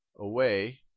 away